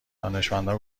دانشمندا